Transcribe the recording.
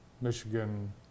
Michigan